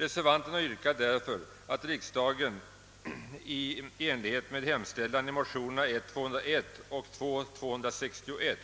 Reservanterna yrkar därför att riksdagen i enlighet med hemställan i motionerna 1:201 och II:261